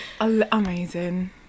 amazing